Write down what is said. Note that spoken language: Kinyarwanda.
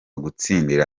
gutsindira